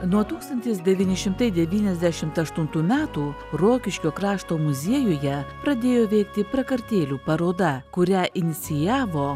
nuo tūkstantis devyni šimtai devyniasdešimt aštuntų metų rokiškio krašto muziejuje pradėjo veikti prakartėlių paroda kurią inicijavo